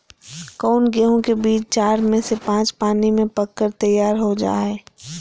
कौन गेंहू के बीज चार से पाँच पानी में पक कर तैयार हो जा हाय?